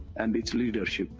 and its leadership.